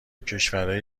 کشورای